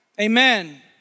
Amen